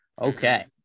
Okay